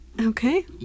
Okay